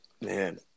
Man